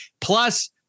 plus